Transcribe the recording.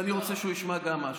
ואני רוצה שהוא ישמע גם משהו.